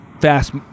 Fast